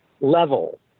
level